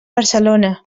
barcelona